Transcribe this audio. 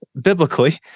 biblically